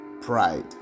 Pride